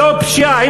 זו פשיעה.